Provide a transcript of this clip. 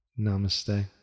Namaste